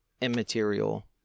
immaterial